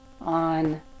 on